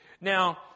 Now